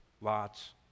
Lot's